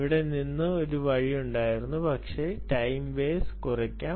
ഇവിടെ നിന്ന് ഒരു വഴി ഉണ്ടായിരുന്നു ഒരുപക്ഷേ ടൈം ബേസ് കുറയ്ക്കാം